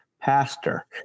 pastor